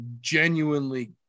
genuinely